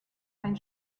ein